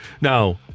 Now